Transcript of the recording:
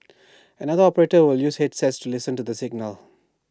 another operator will use headsets to listen for the signal